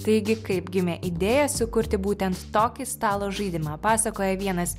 taigi kaip gimė idėja sukurti būtent tokį stalo žaidimą pasakoja vienas